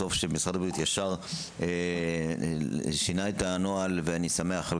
טוב שמשרד הבריאות מיד שינה את הנוהל ואני שמח על